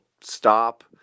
stop